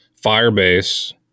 Firebase